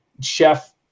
Chef